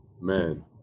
man